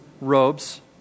robes